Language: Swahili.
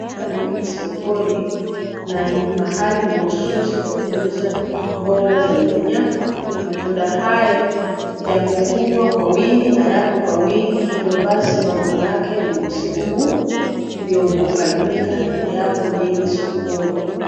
Hapa ni sokoni na ni mahali mahususi pa kuuza mboga za nyanya, matunda haya yamevunwa kwa wingi na yapo kwa wingi. Hivyo basi mavuno yake ni msimu huu ndio umefanyika na yapo mengi sokoni.